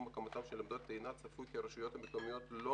הקמתן של עמדות טעינה צפוי כי הרשויות המקומיות לא